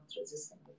resistant